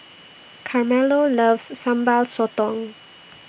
Carmelo loves Sambal Sotong